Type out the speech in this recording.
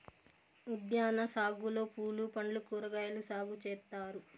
ఉద్యాన సాగులో పూలు పండ్లు కూరగాయలు సాగు చేత్తారు